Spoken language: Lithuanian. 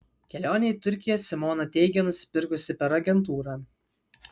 kelionę į turkiją simona teigia nusipirkusi per agentūrą